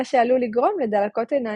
מה שעלול לגרום לדלקות עיניים.